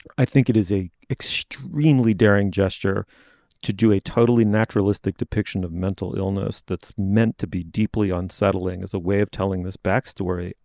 i think it is a extremely daring gesture to do a totally naturalistic depiction of mental illness. that's meant to be deeply unsettling as a way of telling this back story.